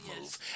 move